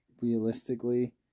realistically